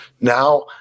now